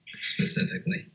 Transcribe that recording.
specifically